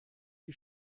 die